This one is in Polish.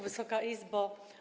Wysoka Izbo!